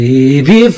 Baby